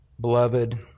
beloved